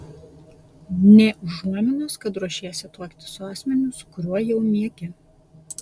nė užuominos kad ruošiesi tuoktis su asmeniu su kuriuo jau miegi